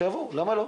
שיבואו למה לא?